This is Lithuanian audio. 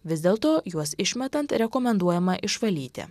vis dėlto juos išmetant rekomenduojama išvalyti